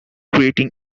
creating